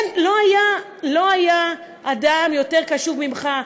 לא היה אדם יותר קשוב ממך.